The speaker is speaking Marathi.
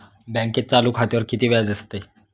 बँकेत चालू खात्यावर किती व्याज असते?